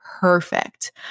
perfect